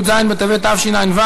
י"ז בטבת תשע"ו,